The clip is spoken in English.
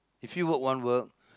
if you work one work